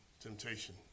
temptation